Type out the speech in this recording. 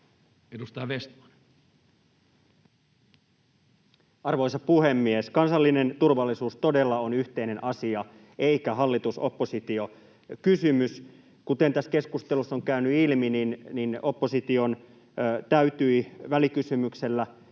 19:37 Content: Arvoisa puhemies! Kansallinen turvallisuus todella on yhteinen asia eikä hallitus—oppositio-kysymys. Kuten tässä keskustelussa on käynyt ilmi, opposition täytyi välikysymyksellä